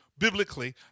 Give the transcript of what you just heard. Biblically